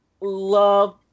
love